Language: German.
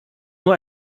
nur